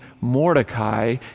Mordecai